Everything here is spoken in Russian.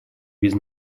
без